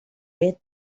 read